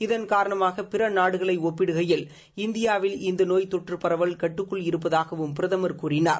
இதன் காரணமாக பிற நாடுகளை ஒப்பிடுகையில் இந்தியாவில் இந்த நோய் தொற்று பரவல் கட்டுக்குள் இருப்பதாகவும் பிரதமர் கூறினார்